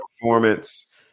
performance